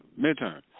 midterm